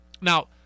Now